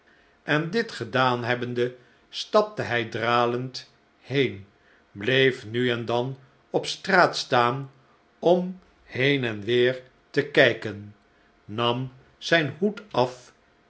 en dit gedaan hebbende stapte hi dralend heen bleef nu en dan op straat staan om heen en weer te kijken nam zijn hoed af